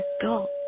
adult